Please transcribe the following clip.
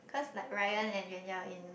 is like Ryan and Yuanyao in